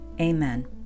Amen